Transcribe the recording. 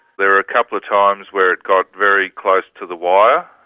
there were a couple of times where it got very close to the wire.